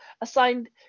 assigned